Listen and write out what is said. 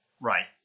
Right